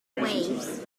waves